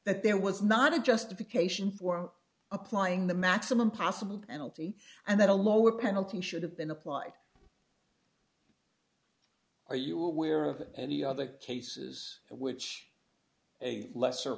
that there was not a justification for applying the maximum possible and altie and that a lower penalty should have been applied are you aware of any other cases which a lesser